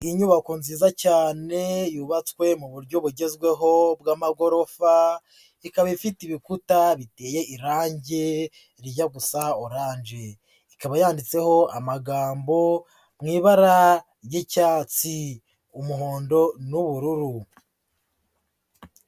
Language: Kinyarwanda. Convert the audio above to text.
Inyubako nziza cyane yubatswe mu buryo bugezweho bw'amagorofa, ikaba ifite ibikuta biteye irangi rijya gusa oranje, ikaba yanditseho amagambo mu ibara ry'icyatsi, umuhondo, n'ubururu.